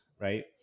right